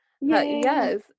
Yes